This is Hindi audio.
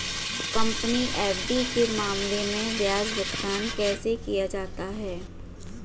कंपनी एफ.डी के मामले में ब्याज भुगतान कैसे किया जाता है?